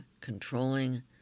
controlling